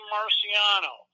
Marciano